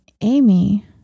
Amy